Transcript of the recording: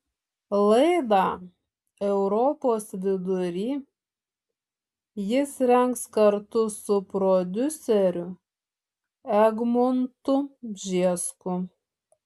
laidą europos vidury jis rengs kartu su prodiuseriu egmontu bžesku